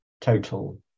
total